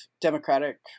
Democratic